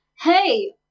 Hey